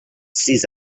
sis